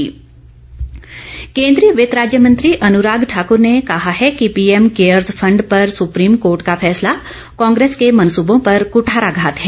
अनुराग केन्द्रीय वित्त राज्य मंत्री अनुराग ठाकुर ने कहा है कि पीएम केयर्स फंड पर सुप्रीम कोर्ट का फैसला कांग्रेस के मनसूबो पर कुठाराघात है